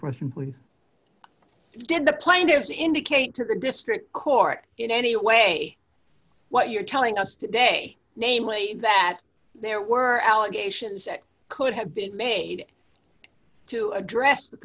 question please did the plaintiffs indicate to the district court in any way what you're telling us today namely that there were allegations that could have been made to address the